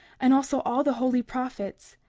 and also all the holy prophets?